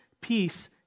peace